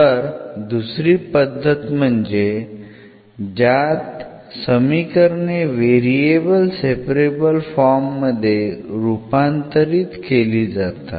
तर दुसरी पद्धत म्हणजे ज्यात समीकरणे व्हेरिएबल सेपरेबल फॉर्म मध्ये रूपांतरित केली जातात